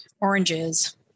oranges